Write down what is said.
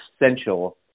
essential